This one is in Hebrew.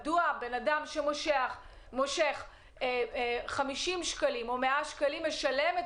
מדוע הבן אדם שמושך 50 שקלים או 100 שקלים משלם את